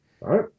right